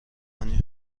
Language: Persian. هانی